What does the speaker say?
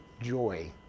joy